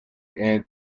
and